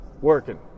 working